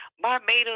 Barbados